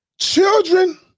children